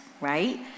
right